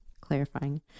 clarifying